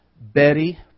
Betty